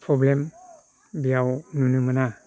problem बेयाव नुनो मोना